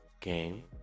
game